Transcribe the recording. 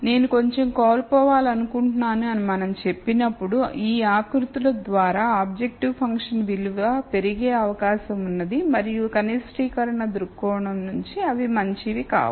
నేను కొంచెం కోల్పోవాలనుకుంటున్నాను అని మనం చెప్పినప్పుడు ఈ ఆకృతుల ద్వారా ఆబ్జెక్టివ్ ఫంక్షన్ విలువ పెరిగే అవకాశం ఉన్నది మరియు కనిష్టీకరణ దృక్కోణం నుండి అవి మంచివి కావు